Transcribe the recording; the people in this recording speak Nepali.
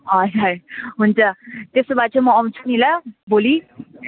हजुर हुन्छ त्यसो भए चाहिँ म आउँछु नि ल भोलि